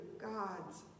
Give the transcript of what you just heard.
God's